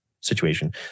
situation